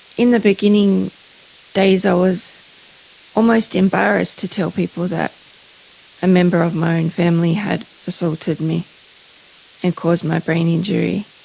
in the beginning days i was almost embarrassed to tell people that a member of my own and family had assaulted me and caused my brain injury,